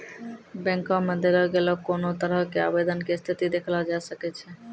बैंको मे देलो गेलो कोनो तरहो के आवेदन के स्थिति देखलो जाय सकै छै